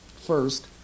first